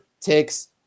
takes